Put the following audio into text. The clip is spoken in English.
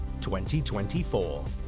2024